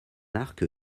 arc